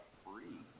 free